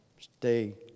stay